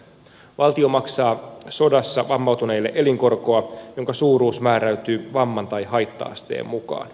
valtio maksaa sodassa vammautuneille elinkorkoa jonka suuruus määräytyy vamman tai haitta asteen mukaan